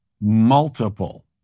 multiple